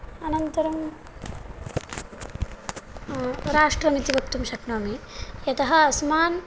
अनन्तरं राष्ट्रमिति वक्तुं शक्नोमि यतः अस्मान्